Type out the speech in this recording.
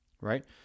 right